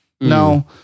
no